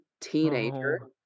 teenager